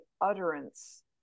utterance